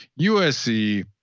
USC